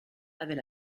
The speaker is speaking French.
avait